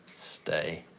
stay.